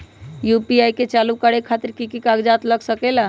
UPI के चालु करे खातीर कि की कागज़ात लग सकेला?